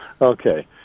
Okay